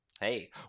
Hey